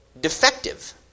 defective